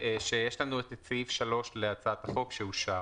שיש לנו את סעיף 3 להצעת החוק שאושר,